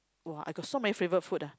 !wah! I got so many favourite food ah